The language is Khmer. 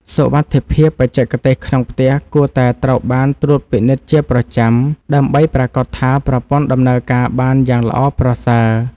សុវត្ថិភាពបច្ចេកទេសក្នុងផ្ទះគួរតែត្រូវបានត្រួតពិនិត្យជាប្រចាំ ដើម្បីប្រាកដថាប្រព័ន្ធដំណើរការបានយ៉ាងល្អប្រសើរ។